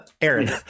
Aaron